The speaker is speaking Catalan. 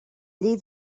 llei